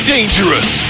Dangerous